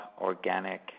organic